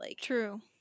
True